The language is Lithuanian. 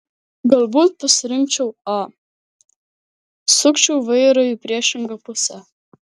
galbūt pasirinkčiau a sukčiau vairą į priešingą pusę